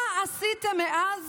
מה עשיתם מאז